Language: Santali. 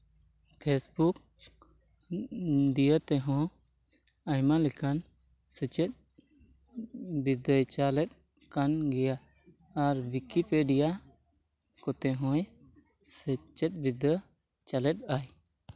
ᱯᱷᱮᱥᱵᱩᱠ ᱫᱤᱭᱮ ᱛᱮᱦᱚᱸ ᱟᱭᱢᱟ ᱞᱮᱠᱟᱱ ᱥᱮᱪᱮᱫ ᱵᱤᱫᱽᱫᱟᱹᱭ ᱪᱟᱞᱮᱫ ᱠᱟᱱ ᱜᱮᱭᱟ ᱟᱨ ᱣᱤᱠᱤᱯᱤᱰᱤᱭᱟ ᱠᱚᱛᱮ ᱦᱚᱸᱭ ᱥᱮᱪᱮᱫ ᱵᱤᱫᱽᱫᱟᱹ ᱪᱟᱞᱮᱫᱼᱟᱭ